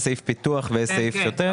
יש סעיף פיתוח ויש סעיף שוטף.